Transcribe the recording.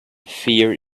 fear